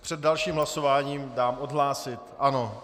Před dalším hlasováním dám odhlásit, ano.